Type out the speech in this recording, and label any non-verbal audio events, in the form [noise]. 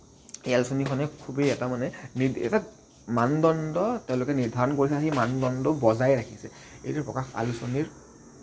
এই আলোচনীখনে খুবেই এটা মানে [unintelligible] এটা মানদণ্ড তেওঁলোকে নিৰ্ধাৰণ কৰিছে সেই মানদণ্ডও বজাই ৰাখিছে এইটোৱে প্ৰকাশ আলোচনীৰ